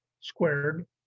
squared